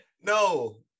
No